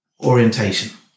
orientation